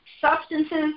substances